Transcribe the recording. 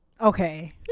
Okay